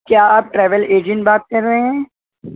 کیا آپ travel agent بات کر رہے ہیں